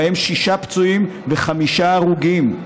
והיו בהן שישה פצועים וחמישה הרוגים,